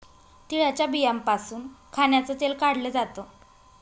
तिळाच्या बियांपासून खाण्याचं तेल काढल जात